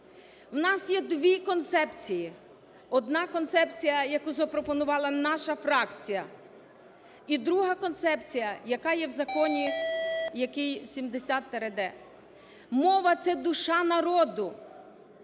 в нас є дві концепції: одна концепція, яку запропонувала наша фракція і друга концепція, яка є в законі, який 70-д. Мова – це душа народу,